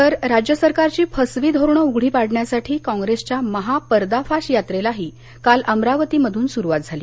तर राज्य सरकारची फसवी धोरणं उघडी पाडण्यासाठी कॉप्रेसच्या महापर्दाफाश यात्रेलाही काल अमरावतीमधून सुरुवात झाली